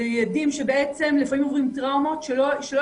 אלה ילדים שלפעמים עוברים טראומות שלא